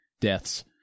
deaths